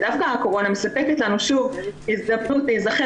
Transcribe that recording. ודווקא הקורונה מספקת לנו הזדמנות להיזכר